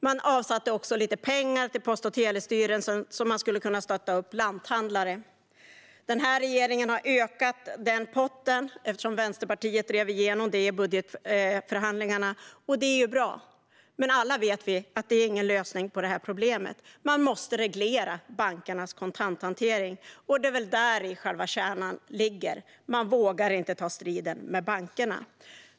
Man avsatte också lite pengar till Post och telestyrelsen för att kunna stötta lanthandlare. Den här regeringen har ökat den potten, eftersom Vänsterpartiet drev igenom det i budgetförhandlingarna, och det är bra. Men alla vet vi att det inte är någon lösning på problemet. Bankernas kontanthantering måste regleras. Det är väl där kärnan ligger. Man vågar inte ta striden med bankerna.